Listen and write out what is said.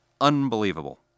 unbelievable